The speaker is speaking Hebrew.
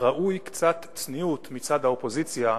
ראויה קצת צניעות מצד האופוזיציה,